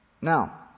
Now